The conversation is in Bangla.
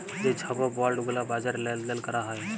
যে ছব বল্ড গুলা বাজারে লেল দেল ক্যরা হ্যয়